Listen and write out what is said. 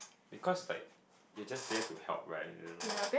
because like you just there to help right you know like